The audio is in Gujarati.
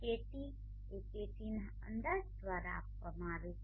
KT એ KTના અંદાજ દ્વારા આપવામાં આવે છે